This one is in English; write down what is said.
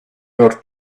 our